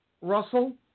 Russell